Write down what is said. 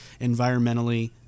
environmentally